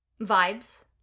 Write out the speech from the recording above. vibes